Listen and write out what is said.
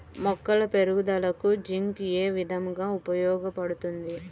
మొక్కల పెరుగుదలకు జింక్ ఏ విధముగా ఉపయోగపడుతుంది?